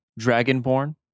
dragonborn